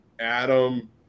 Adam